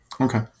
Okay